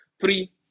three